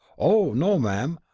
oh, no, ma'am,